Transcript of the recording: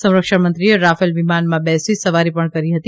સંરક્ષણમંત્રીએ રાફેલ વિમાનમાં બેસી સવારી પણ કરી હતી